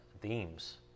themes